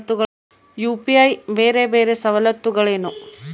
UPI ಬೇರೆ ಬೇರೆ ಸವಲತ್ತುಗಳೇನು?